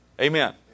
Amen